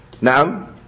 Now